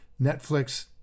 Netflix